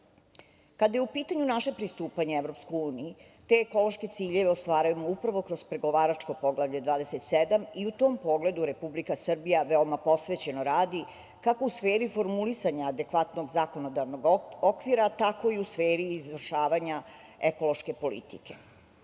je upitanju naše pristupanje EU, te ekološke ciljeve ostvarujemo upravo kroz pregovaračko Poglavlje 27. i u tom pogledu Republika Srbija veoma posvećeno radi kako u sferi formulisanja adekvatnog zakonodavnog okvira, tako i u sferi izvršavanja ekološke politike. Naša